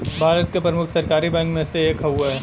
भारत के प्रमुख सरकारी बैंक मे से एक हउवे